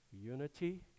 unity